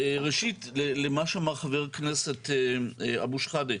ראשית, למה שאמר חבר הכנסת אבו שחאדה.